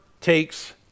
takes